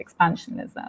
expansionism